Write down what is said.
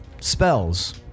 spells